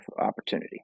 opportunity